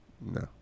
No